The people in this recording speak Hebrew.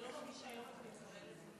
זה לא מרגיש שהיום אתה מתכוון לזה.